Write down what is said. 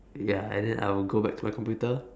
ya and then I will go back to my computer